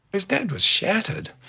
his dad was shattered.